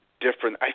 different